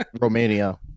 Romania